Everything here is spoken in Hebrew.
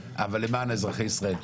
אבל למען אזרחי ישראל.